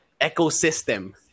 ecosystem